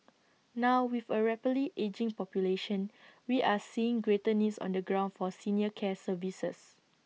now with A rapidly ageing population we are seeing greater needs on the ground for senior care services